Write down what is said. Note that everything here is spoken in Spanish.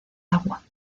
agua